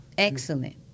Excellent